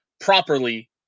properly